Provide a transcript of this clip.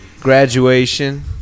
Graduation